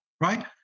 right